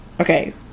Okay